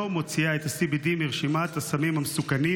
לא מוציאה את ה-CBD מרשימת הסמים המסוכנים?